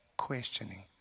questioning